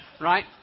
right